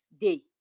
day